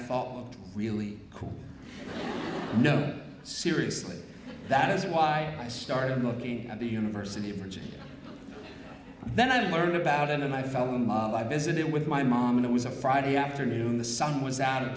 thought really cool no seriously that is why i started looking at the university of virginia then i learned about it and i felt i visited with my mom and it was a friday afternoon the sun was out